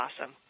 awesome